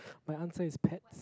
my answer is pets